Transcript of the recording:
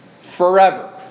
forever